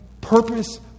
purpose